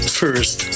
first